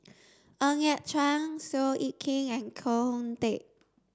Ng Yat Chuan Seow Yit Kin and Koh Hoon Teck